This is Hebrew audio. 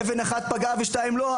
אבן אחת פגעה ושתיים לא,